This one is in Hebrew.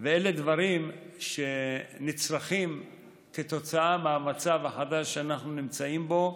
ואלה דברים שנצרכים מהמצב החדש שאנחנו נמצאים בו,